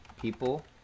people